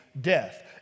death